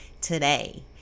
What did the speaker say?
today